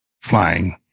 flying